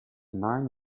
nine